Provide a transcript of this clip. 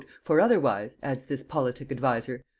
for otherwise, adds this politic adviser,